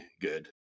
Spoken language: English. good